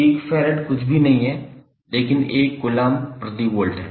1 फैरड कुछ भी नहीं है लेकिन 1 कोलम्ब प्रति वोल्ट है